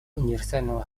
универсального